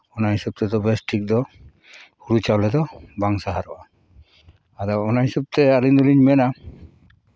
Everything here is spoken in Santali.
ᱚᱱᱟ ᱦᱤᱥᱟᱹᱵᱽ ᱛᱮᱫᱚ ᱵᱮᱥ ᱴᱷᱤᱠ ᱫᱚ ᱦᱩᱲᱩ ᱪᱟᱣᱞᱮ ᱫᱚ ᱵᱟᱝ ᱥᱟᱦᱟᱨᱚᱜᱼᱟ ᱟᱫᱚ ᱚᱱᱟ ᱦᱤᱥᱟᱹᱵᱽ ᱛᱮ ᱟᱹᱞᱤᱧ ᱫᱚᱞᱤᱧ ᱢᱮᱱᱟ